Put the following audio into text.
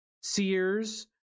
Sears